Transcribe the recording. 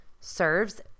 serves